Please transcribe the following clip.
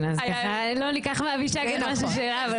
אז ככה לא ניקח מאבישג את מה ששלה.